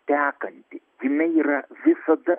tekanti jinai yra visada